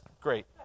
great